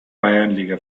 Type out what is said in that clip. bayernliga